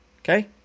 Okay